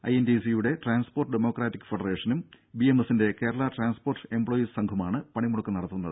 I എൻ ടി യു സിയുടെ ട്രാൻസ്പോർട്ട് ഡമോക്രാറ്റിക് ഫെഡറേഷനും ബി എം എസിന്റെ കേരള ട്രാൻസ്പോർട്ട് എംപ്ലോയീസ് സംഘുമാണ് പണിമുടക്ക് നടത്തുന്നത്